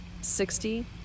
sixty